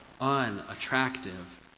unattractive